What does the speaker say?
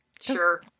Sure